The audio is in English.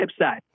website